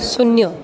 ଶୂନ୍ୟ